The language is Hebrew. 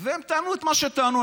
והם טענו מה שטענו.